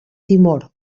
timor